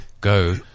go